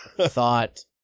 thought